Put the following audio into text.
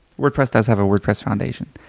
wordpress does have a wordpress foundation.